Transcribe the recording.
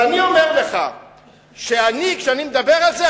אני אומר לך שכאשר אני מדבר על זה,